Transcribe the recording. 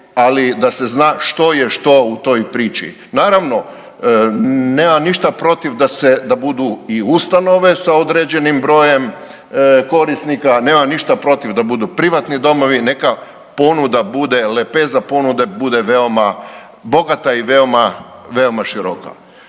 ali da se zna što je što u toj priči. Naravno nemam ništa protiv da budu i ustanove sa određenim brojem korisnika, nemam ništa protiv da budu privatni domovi, neka ponuda bude, lepeza ponude bude veoma bogata i veoma široka.